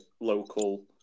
local